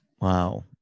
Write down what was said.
Wow